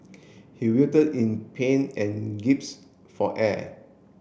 he writhed in pain and for air